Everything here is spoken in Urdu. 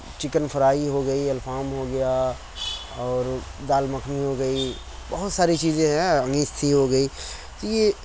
چِکن فرائی ہوگئی الفام ہو گیا اور دال مکھنی ہو گئی بہت ساری چیزیں ہیں نیستھی ہو گئی تو یہ